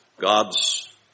God's